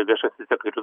viešasis sektorius